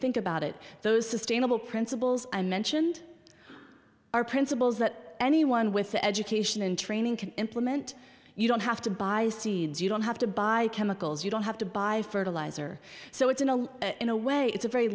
think about it those sustainable principles i mentioned are principles that anyone with the education and training can implement you don't have to buy seeds you don't have to buy chemicals you don't have to buy fertilizer so it's in a in a way it's a very